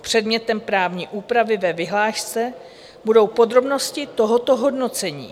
Předmětem právní úpravy ve vyhlášce budou podrobnosti tohoto hodnocení.